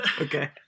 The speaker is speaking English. Okay